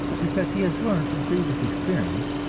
because he has learned from previous experience,